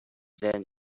than